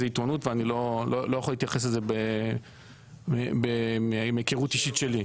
זה עיתונות ואני לא יכול להתייחס לזה מהיכרות אישית שלי.